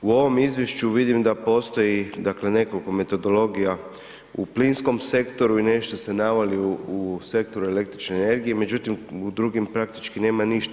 U ovom izvješću vidim da postoji dakle nekoliko metodologija u plinskom sektoru i nešto ste naveli u sektoru električne energije, međutim u drugim praktički nema ništa.